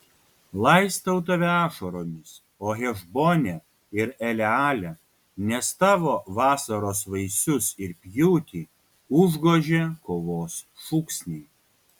laistau tave ašaromis o hešbone ir eleale nes tavo vasaros vaisius ir pjūtį užgožė kovos šūksniai